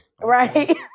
right